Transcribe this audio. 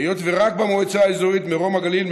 היות שרק במועצה האזורית מרום הגליל,